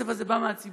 הכסף הזה בא מהציבור,